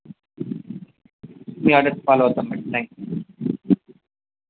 మీ ఆర్డర్స్ని ఫాలో అవుతాం madam thanks